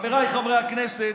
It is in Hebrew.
חבריי חברי הכנסת,